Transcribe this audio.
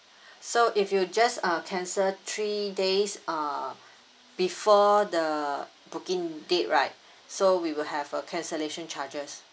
so if you just uh cancel three days ah before the booking date right so we will have a cancellation charges